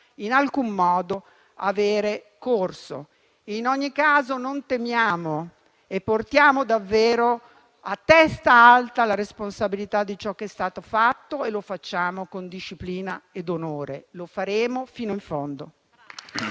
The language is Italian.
in alcun modo avere corso. In ogni caso, non temiamo e portiamo davvero a testa alta la responsabilità di ciò che è stato fatto. Lo facciamo con disciplina ed onore. Lo faremo fino in fondo.